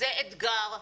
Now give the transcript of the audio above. זה אתגר.